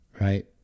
right